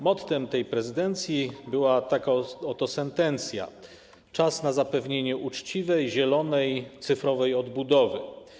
Mottem tej prezydencji była taka oto sentencja: Czas na zapewnienie uczciwej, zielonej, cyfrowej odbudowy.